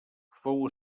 fou